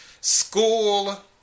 School